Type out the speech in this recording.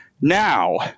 Now